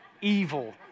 evil